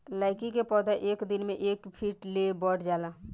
लैकी के पौधा एक दिन मे एक फिट ले बढ़ जाला